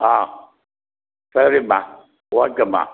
ஆ சரிம்மா ஓகேம்மா